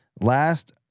Last